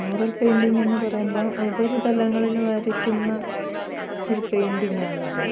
mural painting എന്ന് പറയുമ്പോൾ ഉപരിതലങ്ങളിൽ വരയ്ക്കുന്ന ഒരു പെയിൻ്റിങ്ങ് ആണ് അത്